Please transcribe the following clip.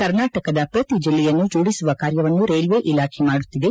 ಕರ್ನಾಟಕದ ಪ್ರತಿ ಜಿಲ್ಲೆಯನ್ನು ಜೋಡಿಸುವ ಕಾರ್ಯವನ್ನು ರೈಲ್ವೇ ಇಲಾಖೆ ಮಾಡುತ್ತಿದೆ